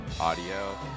audio